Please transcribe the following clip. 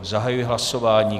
Zahajuji hlasování.